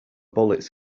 bullets